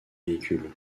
véhicules